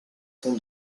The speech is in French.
son